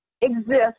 exist